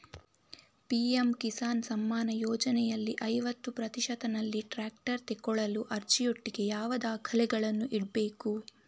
PM Kisan Samman ಯೋಜನೆಯಲ್ಲಿ ಐವತ್ತು ಪ್ರತಿಶತನಲ್ಲಿ ಟ್ರ್ಯಾಕ್ಟರ್ ತೆಕೊಳ್ಳಲು ಅರ್ಜಿಯೊಟ್ಟಿಗೆ ಯಾವ ದಾಖಲೆಗಳನ್ನು ಇಡ್ಬೇಕು?